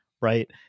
right